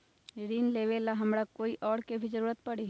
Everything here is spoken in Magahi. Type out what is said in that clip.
ऋन लेबेला हमरा कोई और के भी जरूरत परी?